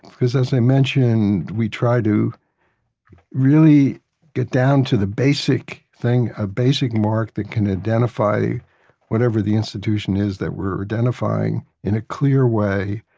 because as i mentioned, we try to really get down to the basic thing, a basic mark that can identify whatever the institution is that we're identifying in a clear way.